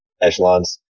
echelons